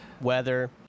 weather